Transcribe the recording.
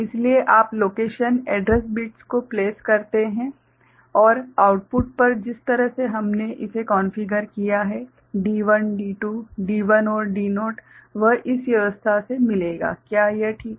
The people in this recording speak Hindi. इसलिए आप लोकेशन एड्रैस बिट्स को प्लेस करते हैं और आउटपुट पर जिस तरह से हमने इसे कॉन्फ़िगर किया है D1 D2 D1 और D0 वह इस व्यवस्था से मिलेगा क्या यह ठीक है